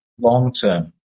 Long-term